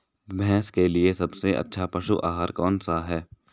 भैंस के लिए सबसे अच्छा पशु आहार कौनसा है?